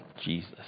Jesus